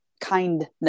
kindness